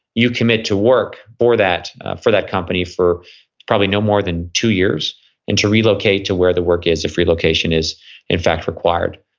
you commit to work for that for that company for probably no more than two years and to relocate to where the work is. a free location is in fact required,